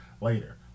later